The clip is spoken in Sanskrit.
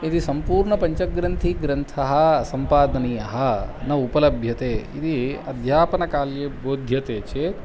यदि सम्पूर्णपञ्चग्रन्थीग्रन्थः सम्पादनीयः न उपलभ्यते इति अध्यापनकाल्ये बोध्यते चेत्